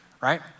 right